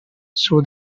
saw